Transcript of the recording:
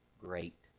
great